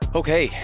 okay